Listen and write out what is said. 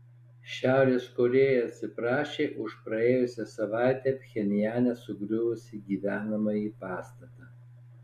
šiaurės korėja atsiprašė už praėjusią savaitę pchenjane sugriuvusį gyvenamąjį pastatą